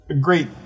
great